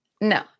No